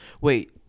wait